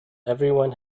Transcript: everyone